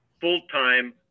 full-time